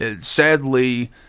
sadly